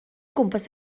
gwmpas